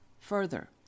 Further